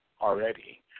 Already